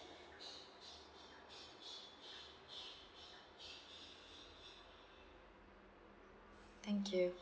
thank you